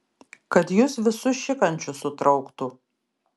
kad jus visus šikančius sutrauktų